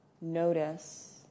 notice